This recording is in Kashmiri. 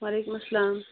وعلیکُم اسلام